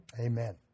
Amen